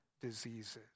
diseases